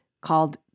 called